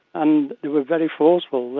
and they were very forceful,